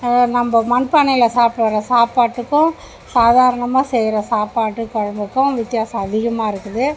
அது நம்ம மண்பானையில் சாப்பிற சாப்பாட்டுக்கும் சாதாரணமாக செய்கிற சாப்பாடு குழம்புக்கும் வித்தியாசம் அதிகமாக இருக்குது